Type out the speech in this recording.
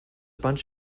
bunch